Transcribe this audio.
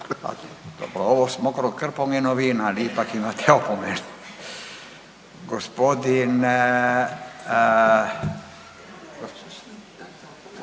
Ovo s mokrom krpom je novina, ali ipak imate opomenu. Gospodin…